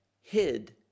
hid